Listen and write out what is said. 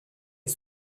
est